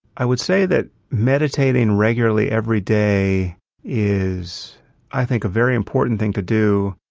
i would say that meditating regularly every day is i think a very important thing to do.